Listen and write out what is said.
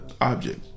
object